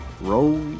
Roll